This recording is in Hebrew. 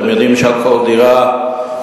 אתם יודעים שעל כל דירה ממוצעת,